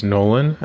Nolan